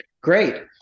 Great